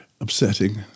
upsetting